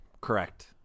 Correct